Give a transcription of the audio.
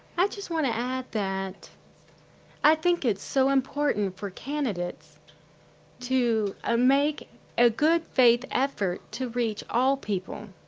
i just want to add that i think it's so important for candidates to ah make a good faith effort to reach all people